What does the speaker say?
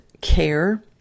care